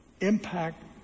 Impact